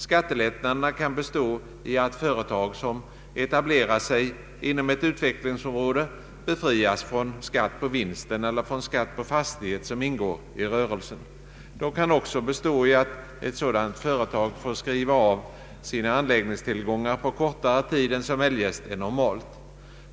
Skattelättnaderna kan bestå i att företag som etablerar sig inom ett utvecklingsområde befrias från skatt på vinsten eller från skatt på fastighet som ingår i rörelsen. De kan också bestå i att ett sådant företag får skriva av sina anläggningstillgångar på kortare tid än som eljest är normalt.